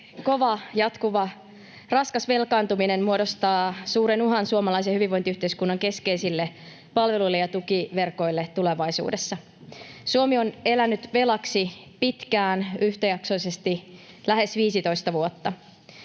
kova, jatkuva, raskas velkaantuminen muodostaa suuren uhan suomalaisen hyvinvointiyhteiskunnan keskeisille palveluille ja tukiverkoille tulevaisuudessa. Suomi on elänyt velaksi pitkään, yhtäjaksoisesti lähes 15 vuotta.